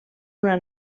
una